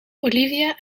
olivia